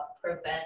prevent